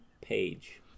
Page